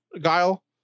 Guile